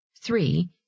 Three